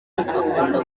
akunda